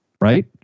Right